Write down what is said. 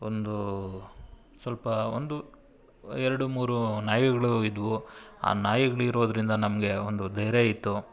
ಒಂದೂ ಸ್ವಲ್ಪ ಒಂದು ಎರಡು ಮೂರು ನಾಯಿಗಳು ಇದ್ದವು ಆ ನಾಯಿಗ್ಳು ಇರೋದರಿಂದ ನಮಗೆ ಒಂದು ಧೈರ್ಯ ಇತ್ತು